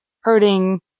hurting